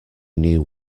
new